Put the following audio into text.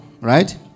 right